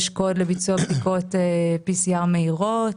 יש קוד לבדיקות PCR מהירות.